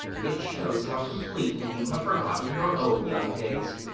it shows how completely you have forgotten your own young days.